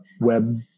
web